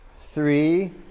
three